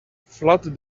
flood